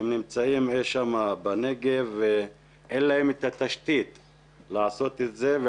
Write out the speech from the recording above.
הם נמצאים אי שם בנגב ואין להם את התשתית לעשות את זה.